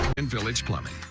and village plumbing.